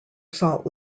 salt